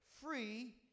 free